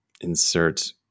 insert